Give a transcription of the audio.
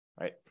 right